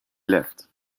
left